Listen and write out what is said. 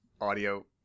audio